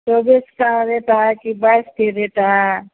चौबीस कैरेट है कि बाइस कैरेट है